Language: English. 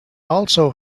also